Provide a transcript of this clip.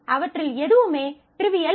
அவற்றில் எதுவுமே ட்ரிவியல் அல்ல